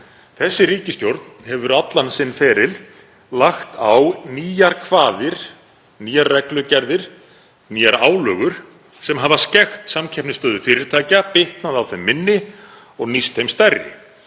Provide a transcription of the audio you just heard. Þessi ríkisstjórn hefur allan sinn feril lagt á nýjar kvaðir, nýjar reglugerðir, nýjar álögur sem hafa skekkt samkeppnisstöðu fyrirtækja, bitnað á þeim minni og nýst þeim stærri.